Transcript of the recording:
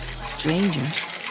Strangers